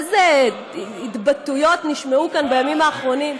איזה התבטאויות נשמעו כאן בימים האחרונים.